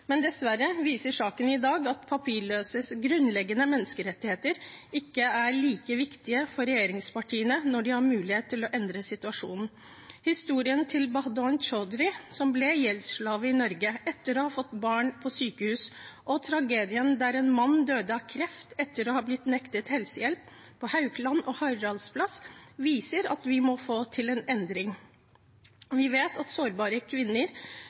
men dessverre viser saken i dag at papirløses grunnleggende menneskerettigheter ikke er like viktige for regjeringspartiene når de har mulighet til å endre situasjonen. Historien til Badhon Chowdury, som ble gjeldsslave i Norge etter å ha fått barn på sykehus, og tragedien der en mann døde av kreft etter å ha blitt nektet helsehjelp på Haukeland og på Haraldsplass, viser at vi må få til en endring. Vi vet at sårbare kvinner